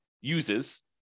uses